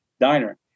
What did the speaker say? diner